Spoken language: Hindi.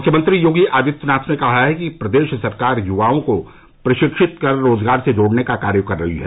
मुख्यमंत्री योगी आदित्यनाथ ने कहा कि प्रदेश सरकार युवाओं को प्रशिक्षित कर रोजगार से जोड़ने का कार्य कर रही है